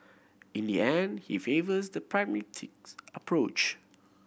in the end he favours the pragmatics approach